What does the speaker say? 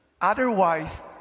Otherwise